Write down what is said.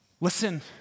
Listen